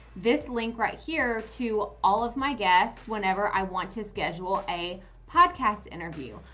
this link right here to all of my guests whenever i want to schedule a podcast interview.